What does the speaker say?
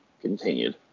continued